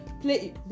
play